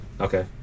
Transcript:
Okay